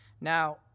Now